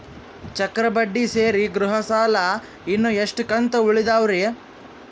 ಚಕ್ರ ಬಡ್ಡಿ ಸೇರಿ ಗೃಹ ಸಾಲ ಇನ್ನು ಎಷ್ಟ ಕಂತ ಉಳಿದಾವರಿ?